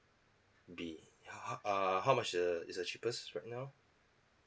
be how err how much is the is the cheapest right now